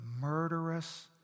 murderous